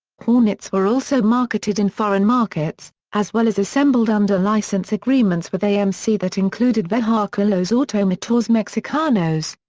hornets were also marketed in foreign markets, as well as assembled under license agreements with amc that included vehiculos automotores mexicanos,